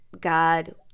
god